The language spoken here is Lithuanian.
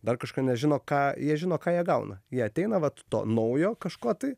dar kažką nes žino ką jie žino ką jie gauna jie ateina vat to naujo kažko tai